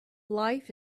life